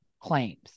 claims